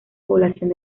población